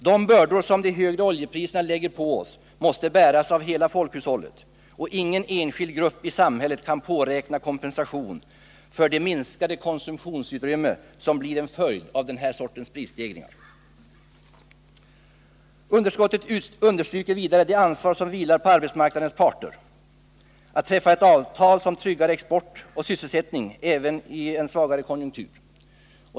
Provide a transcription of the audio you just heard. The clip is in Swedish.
De bördor som de högre oljepriserna lägger på oss måste bäras av hela folkhushållet, och ingen enskild grupp i samhället kan påräkna kompensation för den minskning av konsumtionsutrymmet som blir en följd av denna sorts prisstegringar. Utskottet understryker vidare det ansvar som vilar på arbetsmarknadens parter att träffa ett avtal som tryggar export och sysselsättning även i en svagare konjunktur.